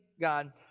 God